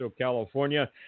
California